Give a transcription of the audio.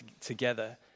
together